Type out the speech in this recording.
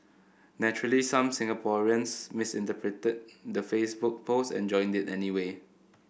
naturally some Singaporeans misinterpreted the Facebook post and joined it anyway